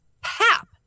pap